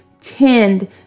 tend